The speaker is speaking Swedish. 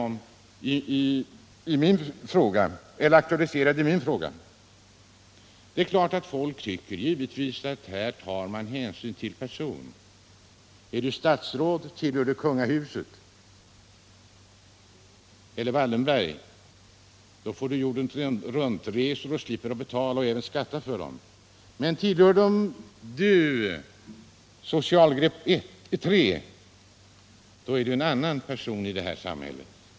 Det var detta jag aktualiserade i min fråga. Det är klart att folk tycker att man här tar hänsyn till person. Är du statsråd, tillhör du kungahuset eller är du en Wallenberg får du fria jordenruntresor och slipper skatta för dem. Men tillhör du socialgrupp tre är du en annan person i det här samhället.